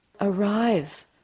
arrive